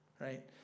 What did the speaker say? right